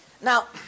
Now